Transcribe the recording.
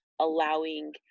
allowing